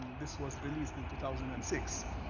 this was released in two thousand and six.